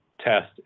test